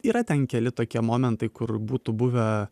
yra ten keli tokie momentai kur būtų buvę